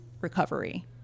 recovery